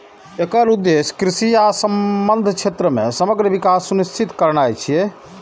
एकर उद्देश्य कृषि आ संबद्ध क्षेत्र मे समग्र विकास सुनिश्चित करनाय छियै